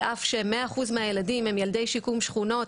אל אף ש-100 אחוז מהילדים הם ילדי שיקום שכונות,